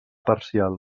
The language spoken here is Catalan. parcial